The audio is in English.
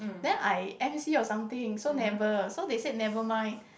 then I M_C or something so never so they said nevermind